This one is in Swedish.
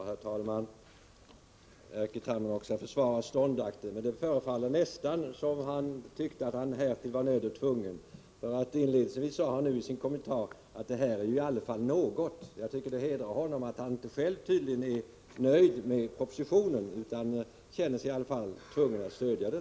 Herr talman! Erkki Tammenoksa försvarar ståndaktigt utskottsmajoritetens ståndpunkt, men det föreföll mig nästan som om han tyckte att han var nödd och tvungen därtill. Inledningsvis sade han ju i sin kommentar att det här i alla fall är något. Det hedrar honom att han själv tydligen inte är nöjd med propositionen men känner sig tvungen att stödja den.